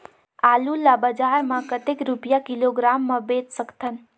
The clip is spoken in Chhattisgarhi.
आलू ला बजार मां कतेक रुपिया किलोग्राम म बेच सकथन?